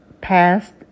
passed